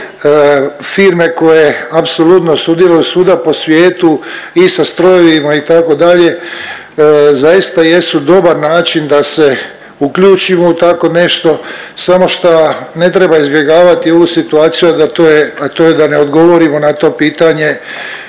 firme koje apsolutno sudjeluju svuda po svijetu i sa strojevima itd., zaista jesu dobar način da se uključimo u tako nešto, samo šta ne treba izbjegavati ovu situaciju, a to je da ne odgovorimo na to pitanje